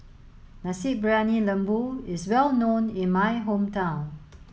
Nasi Briyani Lembu is well known in my hometown